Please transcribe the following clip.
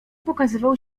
pokazywał